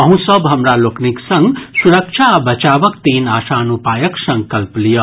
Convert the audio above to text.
अहँ सब हमरा लोकनिक संग सुरक्षा आ बचावक तीन आसान उपायक संकल्प लियऽ